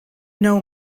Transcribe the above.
know